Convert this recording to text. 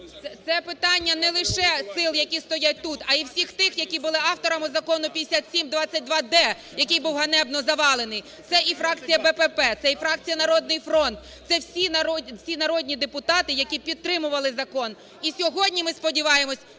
Це питання не лише сил, які стоять тут, а і всіх тих, які були авторами Закону 5722-д, який був ганебно завалений. Це і фракція БПП, це і фракція "Народний фронт", це всі народні депутати, які підтримували закон. І сьогодні, ми сподіваємося,